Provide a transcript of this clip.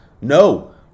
No